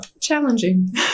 challenging